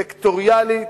סקטוריאלית,